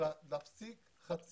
אם התחזית מאפשרת, ניתן להפסיק את